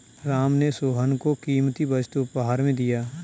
राम ने सोहन को कीमती वस्तु उपहार में दिया